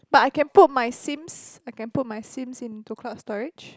but I can put my Sims I can put my Sims into cloud storage